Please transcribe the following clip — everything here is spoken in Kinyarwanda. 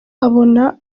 abona